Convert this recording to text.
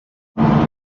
ella